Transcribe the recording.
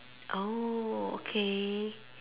oh okay